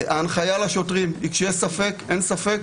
ההנחיה לשוטרים היא שכאשר יש ספק אין ספק,